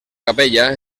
capella